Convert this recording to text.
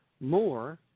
more